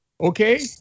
Okay